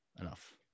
enough